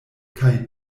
kaj